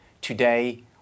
today